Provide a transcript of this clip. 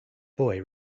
boy